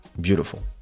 beautiful